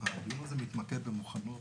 הדיון הזה מתמקד במוכנות